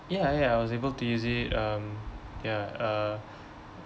ya ya I was able to use it um ya uh